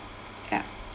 yeah